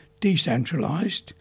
decentralised